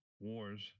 wars